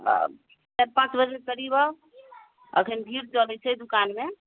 चारि पाँच बजे करीब आउ एखन भीड़ चलय छै दुकानमे